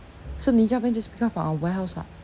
so ninja van just pick up from our warehouse [what]